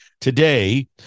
Today